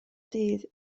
dydd